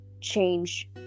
change